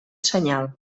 senyal